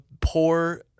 poor